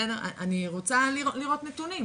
אני רוצה לראות נתונים,